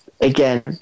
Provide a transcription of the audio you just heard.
again